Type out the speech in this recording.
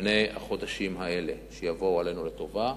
בחודשים האלה שיבואו עלינו לטובה,